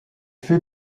fait